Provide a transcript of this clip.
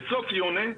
בסוף יוני,